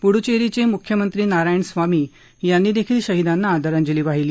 पुदुच्चेरीचे मुख्यमंत्री नारायण स्वामी यांनी देखील शहीदाना आदरांजली वाहिली